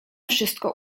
wszystko